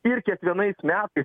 ir kiekvienais metais